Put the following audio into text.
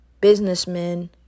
businessmen